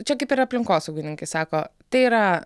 čia kaip ir aplinkosaugininkai sako tai yra